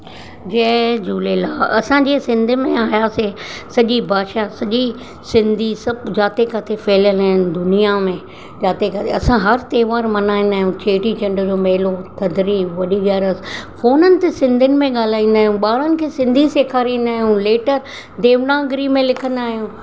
जय झूलेलाल असां जीअं सिंध में आयासीं सॼी भाषा सॼी सिंधी सभु जाते किथे फैलियल आहिनि दुनिया में जिते किथे असां हर त्योहार मल्हाईंदा आहियूं चेटी चंड जो मेलो थधिड़ी वॾी ग्यारसि फ़ोननि ते सिंधीनि में ॻाल्हाईंदा आहियूं ॿारनि खे सिंधी सेखारींदा आहियूं लेटर देवनागरी में लिखंदा आहियूं